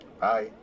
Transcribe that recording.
bye